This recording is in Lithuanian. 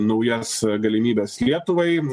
naujas galimybes lietuvai